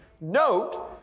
note